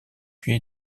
puis